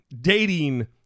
dating